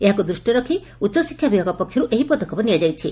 ଏହାକୁ ଦୃଷିରେ ରଖ୍ ଉଚ ଶିକ୍ଷା ବିଭାଗ ପକ୍ଷରୁ ଏହି ପଦକ୍ଷେପ ନିଆଯାଇଛି